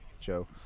joe